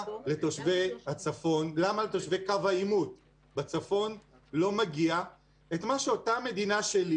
לתושבי קו העימות בצפון לא מגיע את מה שאותה מדינה שלי,